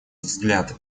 взгляд